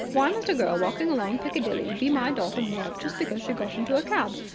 why must a girl walking along piccadilly be my daughter maud just because she got into a cab.